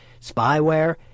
spyware